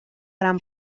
gran